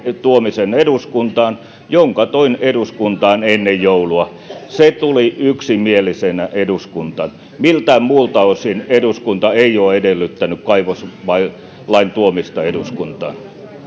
tuomista eduskuntaan minkä toin eduskuntaan ennen joulua se tuli yksimielisenä eduskuntaan miltään muulta osin eduskunta ei ole edellyttänyt kaivoslain tuomista eduskuntaan